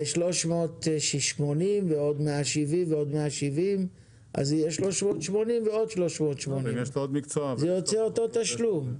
380 ועוד 170 ועוד 170. זה יהיה 380 ועוד 380. זה יוצא אותו תשלום.